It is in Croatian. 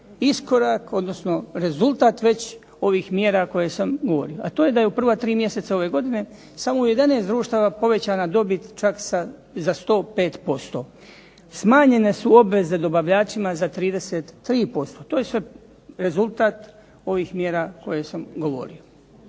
iskorak, odnosno rezultat već ovih mjera koje sam govorio a to je da je u prva tri mjeseca ove godine samo u 11 društava povećana dobit čak za 105%. Smanjene su obveze dobavljačima za 33%. To je sve rezultat ovih mjera koje sam govorio.